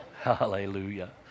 Hallelujah